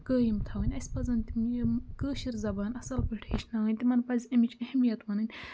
قٲیِم تھاوٕنۍ اَسہِ پَزَن تِم یِم کٲشِر زَبان اَصٕل پٲٹھۍ ہیٚچھناوٕنۍ تِمَن پَزِ اَمِچ اہمِیت وَنٕنۍ